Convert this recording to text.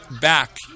back